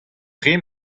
tre